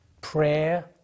prayer